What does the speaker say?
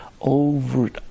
over